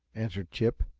answered chip,